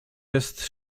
jest